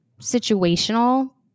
situational